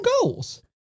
goals